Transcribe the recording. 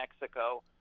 Mexico